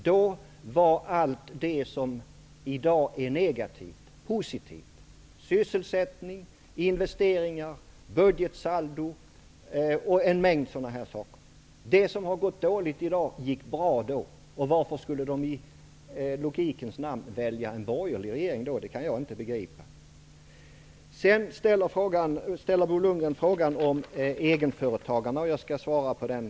Då var allt det som i dag är negativt positivt: sysselsättning, investeringar, budgetsaldo m.m. Det som går dåligt i dag gick bra då. Varför skulle väljarna då i logikens namn välja en borgerlig regering? Det kan jag inte begripa. Bo Lundgren ställde en fråga om egenföretagarna. Jag skall svara på den.